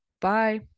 Bye